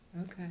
Okay